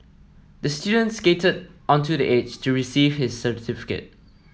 the student skated onto the stage to receive his certificate